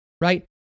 right